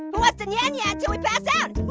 who wants to nya nya till we pass out?